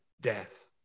death